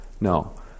No